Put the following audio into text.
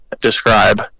describe